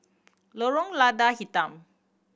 Lorong Lada Hitam